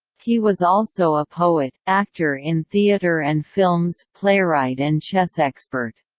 he was also a poet, actor in theater and films, playwright and chess expert.